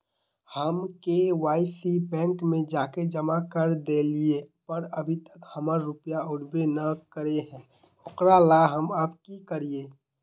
हम KYC bank में जाके जमा कर देलिए पर अभी तक हमर रुपया उठबे न करे है ओकरा ला हम अब की करिए?